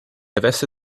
avesse